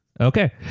Okay